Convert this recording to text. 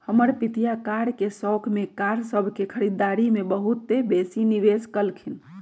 हमर पितिया कार के शौख में कार सभ के खरीदारी में बहुते बेशी निवेश कलखिंन्ह